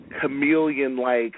chameleon-like